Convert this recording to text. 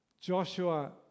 Joshua